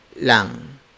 lang